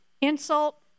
insult